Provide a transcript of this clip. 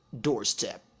doorstep